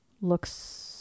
looks